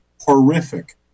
horrific